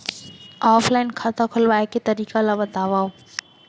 Offline खाता खोलवाय के तरीका ल बतावव?